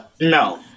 No